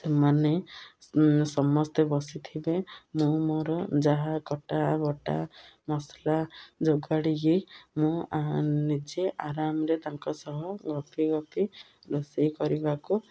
ସେମାନେ ସମସ୍ତେ ବସିଥିବେ ମୁଁ ମୋର ଯାହା କଟା ବଟା ମସଲା ଯୋଗାଡ଼ିକି ମୁଁ ନିଜେ ଆରାମରେ ତାଙ୍କ ସହ ଗପି ଗପି ରୋଷେଇ କରିବାକୁ